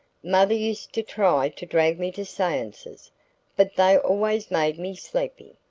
mother used to try to drag me to seances but they always made me sleepy.